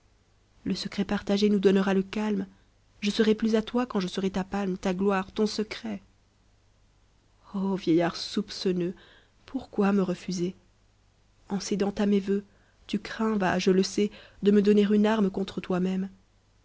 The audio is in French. le secret partagé nous donnera le calme je serai plus à toi quand je rai ta palme ta gloire ton secret vieillard soupçonneux pourquoi me refuser en cédant à mes vœux tu crains va je le sais de me donner une arme contre toi-même